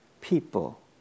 people